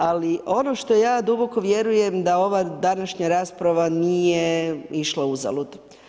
Ali ono što ja duboko vjerujem da ova današnja rasprava nije išla uzalud.